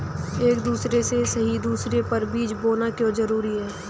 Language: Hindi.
एक दूसरे से सही दूरी पर बीज बोना क्यों जरूरी है?